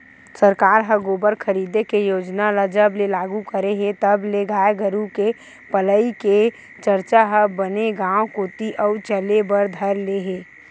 सरकार ह गोबर खरीदे के योजना ल जब ले लागू करे हे तब ले गाय गरु के पलई के चरचा ह बने गांव कोती अउ चले बर धर ले हे